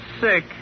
sick